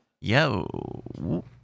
yo